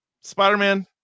spider-man